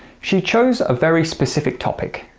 she chose a very specific topic.